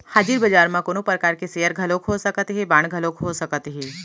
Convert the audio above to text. हाजिर बजार म कोनो परकार के सेयर घलोक हो सकत हे, बांड घलोक हो सकत हे